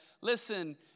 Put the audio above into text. listen